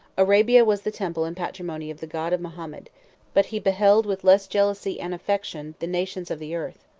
arabia was the temple and patrimony of the god of mahomet but he beheld with less jealousy and affection the nations of the earth.